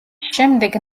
შემდეგ